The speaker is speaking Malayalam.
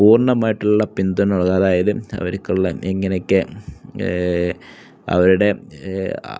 പൂർണ്ണമായിട്ടുള്ള പിന്തുണ അതായത് അവർക്കുള്ള എങ്ങനെയൊക്കെ അവരുടെ